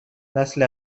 نسل